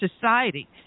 society